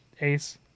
Ace